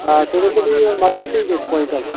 آ تُہۍ ؤنۍتَو مےٚ یہِ مَکٲے کٔہۍ گَژھِ کۅینٛٹل